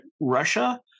Russia